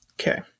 Okay